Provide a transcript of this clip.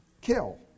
Kill